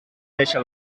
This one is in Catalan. deixa